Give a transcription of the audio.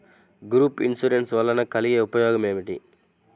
Group insurance వలన కలిగే ఉపయోగమేమిటీ?